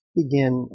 begin